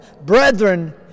Brethren